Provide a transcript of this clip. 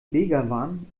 begawan